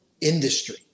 Industry